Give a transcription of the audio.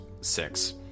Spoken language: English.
six